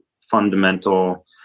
fundamental